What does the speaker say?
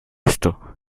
esto